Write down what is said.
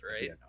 right